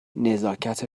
نزاکت